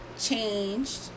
changed